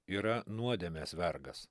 yra nuodėmės vergas